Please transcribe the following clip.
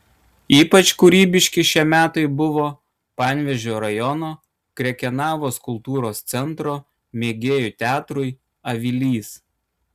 ypač kūrybiški šie metai buvo panevėžio rajono krekenavos kultūros centro mėgėjų teatrui avilys